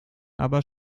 aber